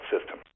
system